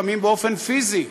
לפעמים באופן פיזי.